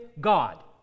God